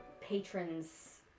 patrons